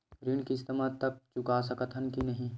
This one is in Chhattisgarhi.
ऋण किस्त मा तक चुका सकत हन कि नहीं?